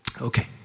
Okay